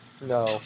No